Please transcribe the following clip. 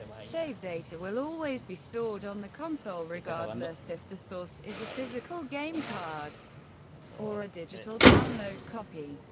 save data will always be stored on the console, regardless if the source is a physical game card or a digital download copy.